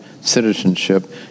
citizenship